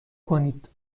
کنید